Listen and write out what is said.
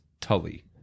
Tully